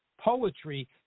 Poetry